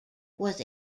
was